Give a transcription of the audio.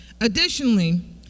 Additionally